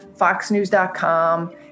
FoxNews.com